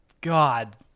God